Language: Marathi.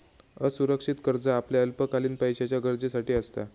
असुरक्षित कर्ज आपल्या अल्पकालीन पैशाच्या गरजेसाठी असता